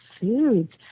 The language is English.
foods